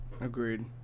Agreed